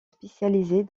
spécialisés